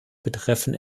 betreffen